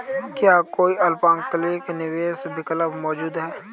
क्या कोई अल्पकालिक निवेश विकल्प मौजूद है?